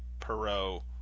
Perot